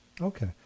Okay